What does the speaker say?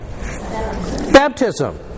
Baptism